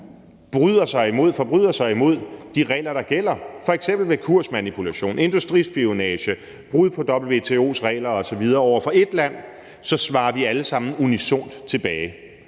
forbryder sig imod de regler, der gælder, f.eks. med kursmanipulation, industrispionage, brud på WTO's regler osv., over for ét land, svarer vi alle sammen unisont tilbage.